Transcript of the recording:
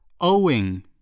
Owing